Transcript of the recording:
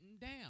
down